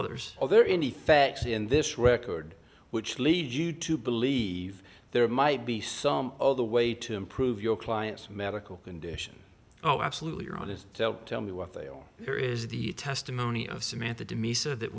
others are there any facts in this record which lead you to believe there might be some all the way to improve your client's medical condition oh absolutely or others don't tell me what they are there is the testimony of samantha to me so that